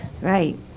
right